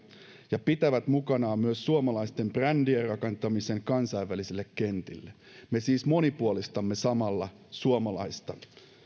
ja pitävät mukanaan myös suomalaisten brändien rakentamisen kansainvälisille kentille me siis monipuolistamme samalla suomalaista